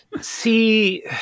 See